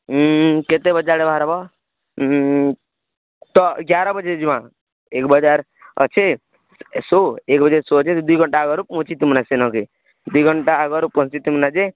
କେତେ ବଜା ଆଡ଼େ ବାହାରବ ତ ଗ୍ୟାରା ବଜେ ଯିମା ଏକ ବଜାର୍ ଅଛେ ସୋ ଏକ ବଜେ ସୋ ଅଛେ ଦୁଇ ଘଣ୍ଟା ଆଗରୁ ପହଞ୍ଚିଥିମୁନ ସେନକେ ଦି ଘଣ୍ଟା ଆଗରୁ ପହଞ୍ଚି ଥିମୁନା ଯେ